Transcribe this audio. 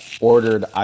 ordered